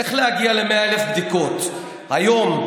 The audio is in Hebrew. איך להגיע ל-100,000 בדיקות היום.